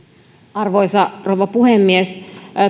arvoisa rouva puhemies